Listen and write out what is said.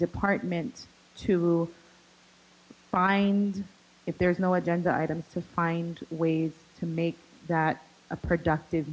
department to find if there is no agenda items to find ways to make that a productive